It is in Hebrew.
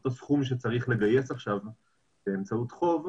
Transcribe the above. אותו סכום שצריך לגייס עכשיו באמצעות חוב,